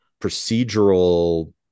procedural